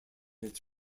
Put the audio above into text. its